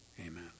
Amen